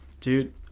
dude